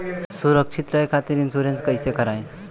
सुरक्षित रहे खातीर इन्शुरन्स कईसे करायी?